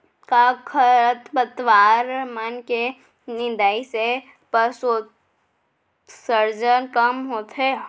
का खरपतवार मन के निंदाई से वाष्पोत्सर्जन कम होथे?